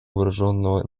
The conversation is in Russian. вооруженного